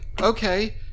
Okay